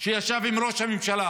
שישב עם ראש הממשלה,